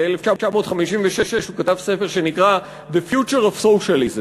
ב-1956 הוא כתב ספר שנקרא ""The Future of Socialism,